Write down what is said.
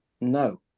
no